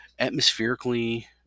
Atmospherically